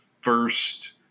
first